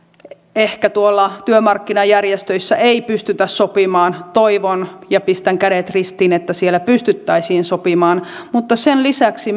ehkä tuolla työmarkkinajärjestöissä ei pystytä sopimaan toivon ja ja pistän kädet ristiin että siellä pystyttäisiin sopimaan mutta sen lisäksi